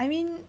I mean